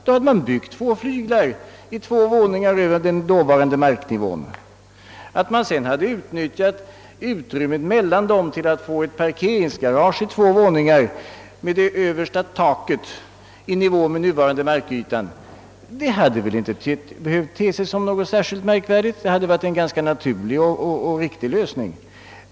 Då hade man byggt två flyglar i två våningar över den dåvarande marknivån. Att man sedan hade utnyttjat utrymmet mellan dem för att få ett parkeringsgarage i två våningar med det översta taket i nivå med den nuvarande markytan hade väl inte heller behövt te sig särskilt märkvärdigt. Det hade varit en naturlig och riktig lösning.